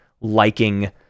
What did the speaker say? liking